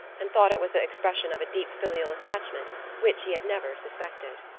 and thought it was the expression of a deep filial attachment which he had never suspected.